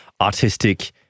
artistic